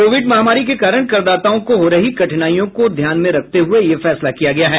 Covid महामारी के कारण करदाताओं को हो रही कठिनाइयों को ध्यान में रखते हुए यह फैसला किया गया है